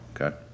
okay